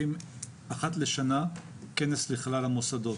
אחת לשנה אנחנו הולכים לכנס לכלל המוסדות,